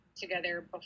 together